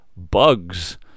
bugs